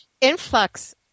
influx